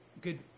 good